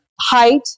height